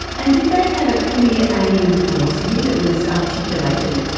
and did they have a clear aim and philosophy that was articulated?